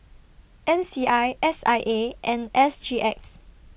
M C I S I A and S G X